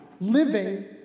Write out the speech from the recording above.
living